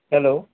hello